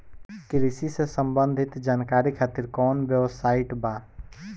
कृषि से संबंधित जानकारी खातिर कवन वेबसाइट बा?